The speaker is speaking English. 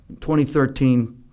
2013